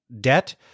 debt